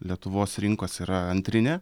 lietuvos rinkos yra antrinė